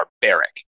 barbaric